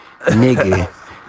nigga